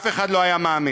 אף אחד לא היה מאמין.